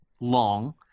long